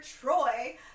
Troy